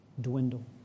dwindle